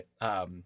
Right